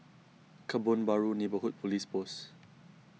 Kebun Baru Neighbourhood Police Post